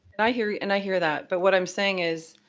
and i hear yeah and i hear that, but what i'm saying is,